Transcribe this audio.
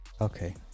Okay